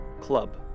club